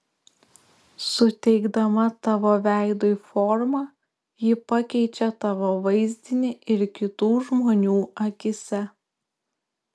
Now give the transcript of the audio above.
suteikdama tavo veidui formą ji pakeičia tavo vaizdinį ir kitų žmonių akyse